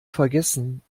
vergessen